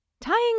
tying